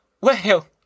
Well